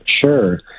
Sure